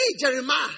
Jeremiah